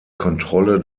kontrolle